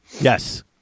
Yes